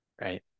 Right